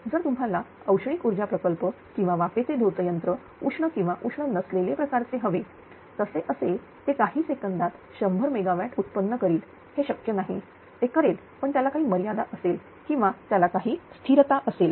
जर तुम्हाला औष्णिक ऊर्जा प्रकल्प किंवा वाफेचे झोतयंत्र उष्ण किंवा उष्ण नसलेले प्रकारचे हवे तसे असेल ते काही सेकंदात 100MW उत्पन्न करील हे शक्य नाही ते करेल पण त्याला काही मर्यादा असेल किंवा त्याला काही स्थिरता असेल